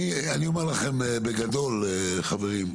אני אומר לכם, בגדול, חברים,